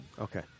Okay